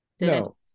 No